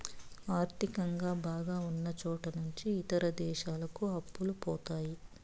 ఆర్థికంగా బాగా ఉన్నచోట నుంచి ఇతర దేశాలకు అప్పులు పోతాయి